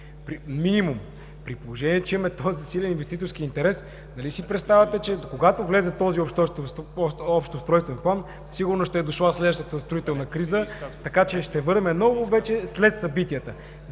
години. При положение че имаме този засилен инвеститорски интерес, нали си представяте, че когато влезе в сила този Общ устройствен план, сигурно ще е дошла следващата строителна криза, така че ще бъдем вече много след събитията.